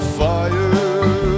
fire